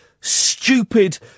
stupid